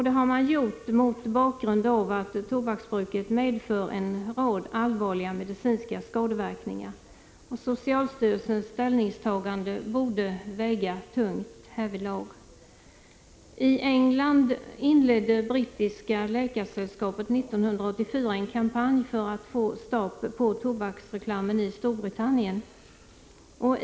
Det har man gjort mot bakgrund av att tobaksbruket medför en rad allvarliga medicinska skadeverkningar. Socialstyrelsens ställningstagande borde väga tungt härvidlag. I England inledde Brittiska läkarsällskapet 1984 en kampanj för att få stopp på tobaksreklamen i Storbritannien.